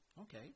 Okay